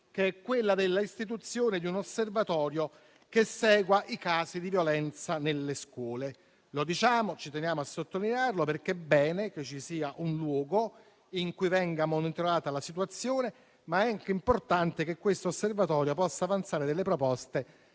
che è quella della istituzione di un osservatorio che segua i casi di violenza nelle scuole. Ci teniamo a sottolinearlo perché è bene che ci sia un luogo in cui venga monitorata la situazione, ma è anche importante che questo osservatorio possa avanzare proposteper